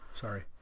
Sorry